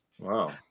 wow